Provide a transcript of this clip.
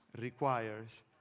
requires